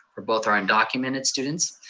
for both our undocumented students,